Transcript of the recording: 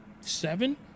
Seven